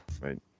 Right